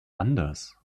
anders